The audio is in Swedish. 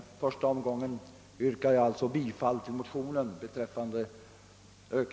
I första omgången ber jag alltså att få yrka bifall till motionen beträffande ök